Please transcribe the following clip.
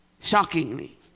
Shockingly